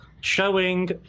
showing